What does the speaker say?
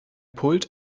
pult